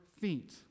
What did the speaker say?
feet